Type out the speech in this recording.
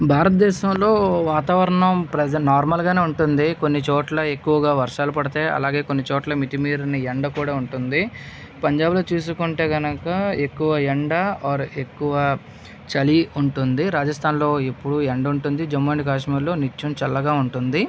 భారతదేశంలో వాతావరణం ప్రెజంట్ నార్మల్గానే ఉంటుంది కొన్ని చోట్ల ఎక్కువగా వర్షాలు పడతాయి అలాగే కొన్ని చోట్ల మితిమీరిన ఎండ కూడా ఉంటుంది పంజాబ్లో చూసుకుంటే కనుక ఎక్కువ ఎండ ఆర్ ఎక్కువ చలి ఉంటుంది రాజస్థాన్లో ఎప్పుడూ ఎండ ఉంటుంది జమ్మూ అండ్ కాశ్మీర్లో నిత్యం చల్లగా ఉంటుంది